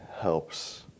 helps